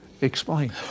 Explain